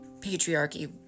patriarchy